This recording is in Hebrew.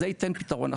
זה ייתן פתרון.